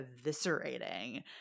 eviscerating